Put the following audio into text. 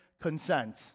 consent